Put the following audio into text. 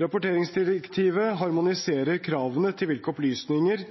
Rapporteringsdirektivet harmoniserer kravene til hvilke opplysninger